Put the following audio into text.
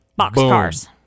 boxcars